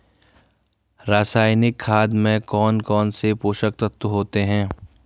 रासायनिक खाद में कौन कौन से पोषक तत्व होते हैं?